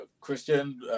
Christian